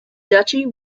duchy